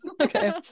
okay